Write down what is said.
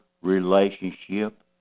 relationship